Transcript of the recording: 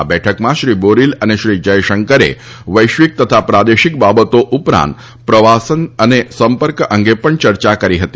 આ બેઠકમાં શ્રી બોરીલ અને શ્રી જયશંકરે વૈશ્વિક તથા પ્રાદેશિક બાબતો ઉપરાંત પ્રવાસન અને સંપર્ક અંગે પણ ચર્ચા કરી હતી